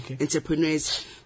entrepreneurs